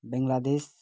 Bangladesh